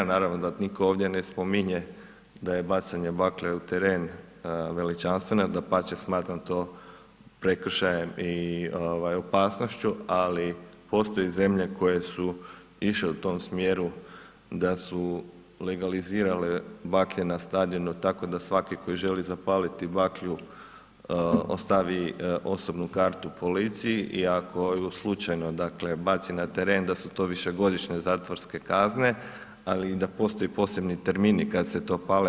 Naravno da nitno ovdje ne spominje da je bacanje baklje u teren veličanstvena jer dapače, smatram to prekršajem i opasnošću, ali postoje zemlje koje su išle u tom smjeru da su legalizirale baklje na stadionu tako da svaki koji želi zapaliti baklju ostavi osobnu kartu policiji i ako ju slučajno dakle, baci na teren, da su to višegodišnje zatvorske kazne, ali i da postoje posebni termini kad se to pale.